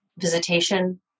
visitation